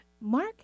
Mark